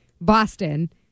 Boston